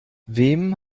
wem